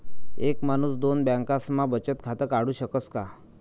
एक माणूस दोन बँकास्मा बचत खातं काढु शकस का?